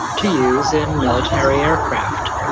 to use in military aircraft.